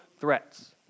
threats